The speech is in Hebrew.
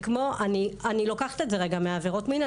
אני לוקחת את זה רגע מהעבירות מין.